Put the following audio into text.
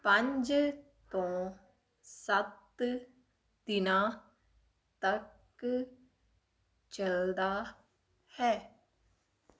ਪੰਜ ਤੋਂ ਸੱਤ ਦਿਨਾਂ ਤੱਕ ਚਲਦਾ ਹੈ